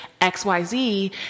xyz